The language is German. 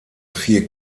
vier